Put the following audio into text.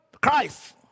Christ